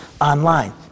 online